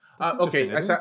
Okay